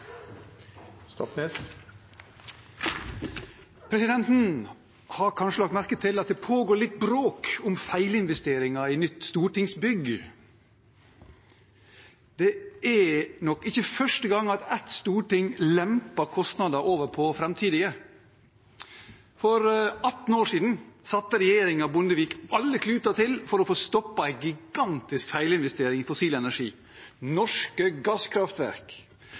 Presidenten har kanskje lagt merke til at det pågår litt bråk om feilinvesteringer i nytt stortingsbygg. Det er nok ikke første gang at et storting lemper kostnader over på framtidige. For 18 år siden satte regjeringen Bondevik alle kluter til for å få stoppet en gigantisk feilinvestering i fossil energi: norske gasskraftverk.